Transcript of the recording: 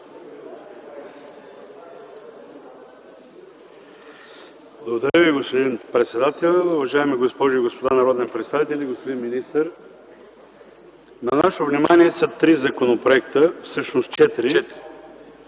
Ви, господин председател. Уважаеми госпожи и господа народни представители, господин министър! На нашето внимание са четири законопроекта за изменение